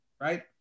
right